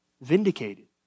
vindicated